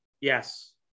yes